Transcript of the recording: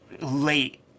late